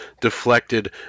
deflected